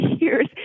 years